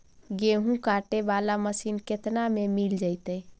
गेहूं काटे बाला मशीन केतना में मिल जइतै?